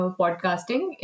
podcasting